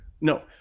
No